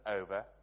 over